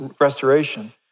restoration